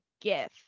gift